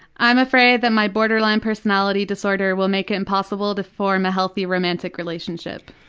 i'm afraid that my borderline personality disorder will make it impossible to form a healthy romantic relationship.